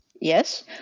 yes